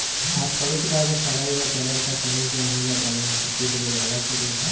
ಆ ಕೊಳುಕದಾಗ್ ಸಾವಯವ ಪದಾರ್ಥ, ಖನಿಜ, ಅನಿಲ, ದ್ರವ ಮತ್ತ ಕೀಟಗೊಳ್ ಎಲ್ಲಾ ಸೇರಿಸಿ ಇರ್ತಾವ್